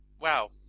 Wow